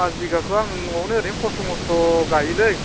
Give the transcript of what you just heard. pass बिघाखौ आं नवावनो ओरैनो खस्ट' मस्ट' गायोलै